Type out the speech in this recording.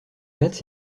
matz